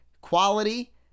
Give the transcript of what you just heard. quality